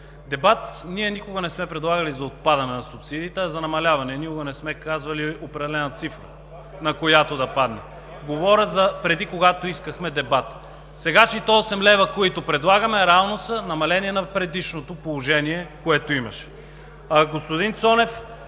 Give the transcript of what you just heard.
Дебат ние никога не сме предлагали – за отпадане на субсидията, а за намаляване. Никога не сме казвали определена цифра, на която да падне. Говоря за преди – когато искахме дебат. Сегашните 8 лв., които предлагаме, реално са намаление на предишното положение, което беше.